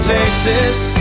Texas